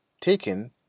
taken